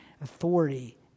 authority